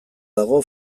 dago